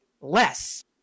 less